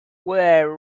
were